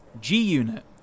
G-Unit